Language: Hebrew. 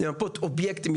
למפות אובייקטים,